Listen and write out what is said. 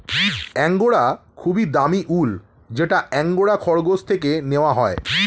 angora খুবই দামি উল যেটা অ্যাঙ্গোরা খরগোশ থেকে নেওয়া হয়